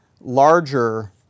larger